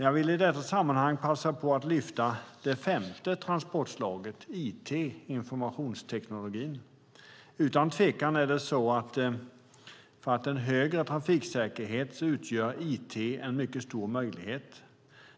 Jag vill i detta sammanhang passa på att lyfta fram det femte transportslaget it, informationstekniken. För en högre trafiksäkerhet utgör it utan tvekan en mycket stor möjlighet.